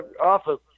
office